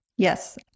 Yes